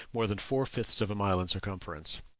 more than four-fifths of a mile in circumference.